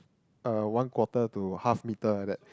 uh one quarter to half meter like that